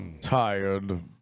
Tired